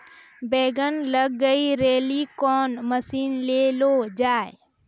बैंगन लग गई रैली कौन मसीन ले लो जाए?